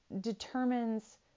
determines